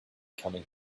coming